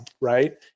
Right